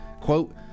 Quote